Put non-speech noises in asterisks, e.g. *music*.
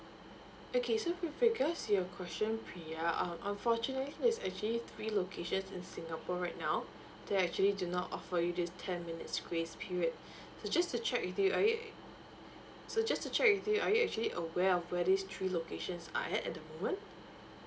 okay so with regards to your question pria uh unfortunately there's actually three locations in singapore right now that actually do not offer you this ten minutes grace period *breath* so just to check with you are you so just to check with you are you actually aware of where these three locations are at the moment